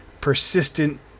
persistent